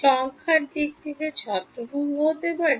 সংখ্যার দিক থেকে ছত্রভঙ্গ হতে পারে